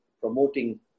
promoting